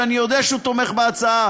שאני יודע שהוא תומך בהצעה,